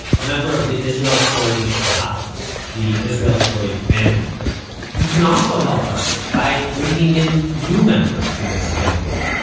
a member of the israel story mishpacha, but the israel story family you can also help us by bringing in new members to this family.